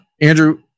Andrew